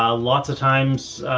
um lots of times,